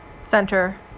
center